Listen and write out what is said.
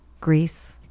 Greece